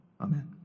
Amen